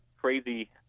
crazy